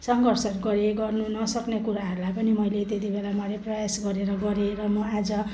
सङ्घर्ष गरेँ गर्नु नसक्ने कुराहरूलाई पनि मैले त्यतिबेला मैले प्रयास गरेर गरेँ र म आज